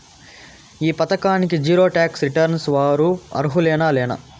ఈ పథకానికి zero tax returns వారు అర్హులేనా లేనా?